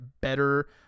better